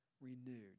renewed